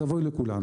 אז אבוי לכולנו,